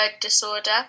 disorder